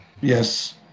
Yes